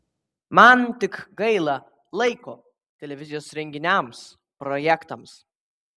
man tik gaila laiko televizijos renginiams projektams